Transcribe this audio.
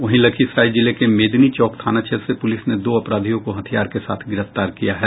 वहीं लखीसराय जिले के मेदनी चौकी थाना क्षेत्र से पूलिस ने दो अपराधियों को हथियार के साथ गिरफ्तार किया गया है